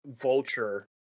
vulture